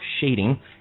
shading